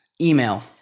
email